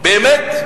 באמת,